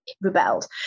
rebelled